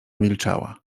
milczała